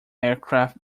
aircraft